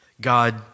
God